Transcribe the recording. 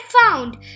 found